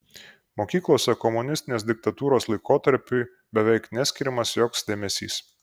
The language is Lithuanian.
mokyklose komunistinės diktatūros laikotarpiui beveik neskiriamas joks dėmesys